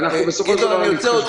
אנחנו בסופו של דבר נרצה,